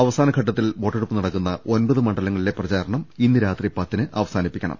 അവസാനഘട്ടത്തിൽ വോട്ടെടുപ്പ് നടക്കുന്ന ഒൻപത് മണ്ഡലങ്ങളിലെ പ്രചാരണം ഇന്ന് രാത്രി പത്തിന് അവസാനിപ്പിക്കണം